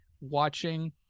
watching